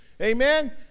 Amen